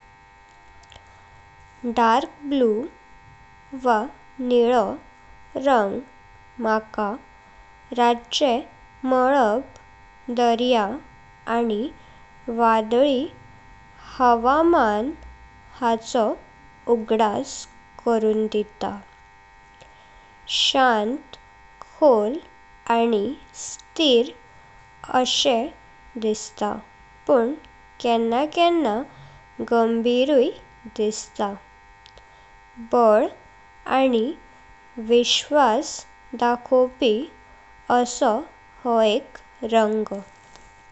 Dark blue वा निळो रंग माका रातचे मलयब, दर्या आनी वादळी हावामान हाचो उगदास करुन दिता। शांत, खोल आनी स्थिर अशे दिसता। केंणा केंणा गंभीरूय दिसता। बल आनी विश्वास धाकवपी असो हो एक रंग।